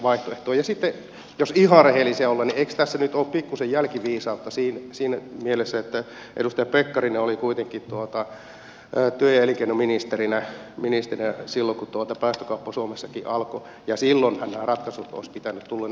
ja sitten jos ihan rehellisiä ollaan eikös tässä nyt ole pikkuisen jälkiviisautta siinä mielessä että edustaja pekkarinen oli kuitenkin työ ja elinkeinoministerinä silloin kun päästökauppa suomessakin alkoi ja silloinhan näiden ratkaisujen olisi pitänyt tulla